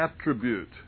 attribute